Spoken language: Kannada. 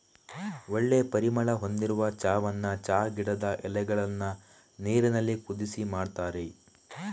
ಒಳ್ಳೆ ಪರಿಮಳ ಹೊಂದಿರುವ ಚಾವನ್ನ ಚಾ ಗಿಡದ ಎಲೆಗಳನ್ನ ನೀರಿನಲ್ಲಿ ಕುದಿಸಿ ಮಾಡ್ತಾರೆ